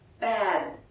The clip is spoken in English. bad